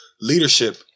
Leadership